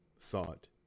thought